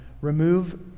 remove